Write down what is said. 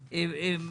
בשביל עוזרים,